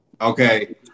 Okay